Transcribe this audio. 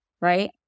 right